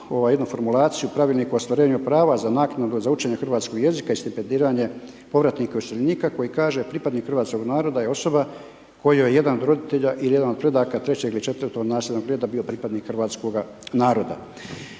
jednu formulaciju Pravilnik o ostvarivanju prava za naknadu za učenje hrvatskog jezika i stipendiranje povratnika iseljenika koji kaže pripadnik hrvatskog naroda je osoba kojoj jedan od roditelja ili jedan od predaka 3. ili 4. nasljednog .../nerazumljivo/... pripadnik hrvatskoga naroda.